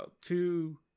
two